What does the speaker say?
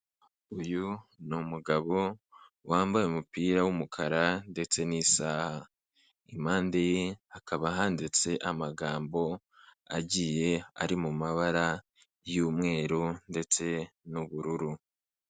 Uyu ni umugabo wambaye umupira w'umukara ndetse n'isaha. Impande ye hakaba handitse amagambo agiye ari mu mabara y'umweru ndetse n'ubururu.